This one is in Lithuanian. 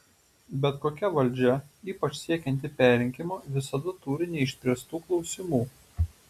bet kokia valdžia ypač siekianti perrinkimo visada turi neišspręstų klausimų